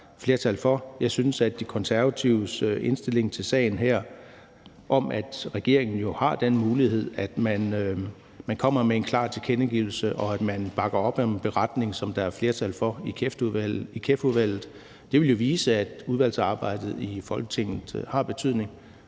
Jeg er enig i De Konservatives indstilling til sagen her om, at regeringen jo har den mulighed, at man kommer med en klar tilkendegivelse, og at man bakker op om en beretning, som der er flertal for i KEF-udvalget. Det vil vise, at udvalgsarbejdet i Folketinget har betydning.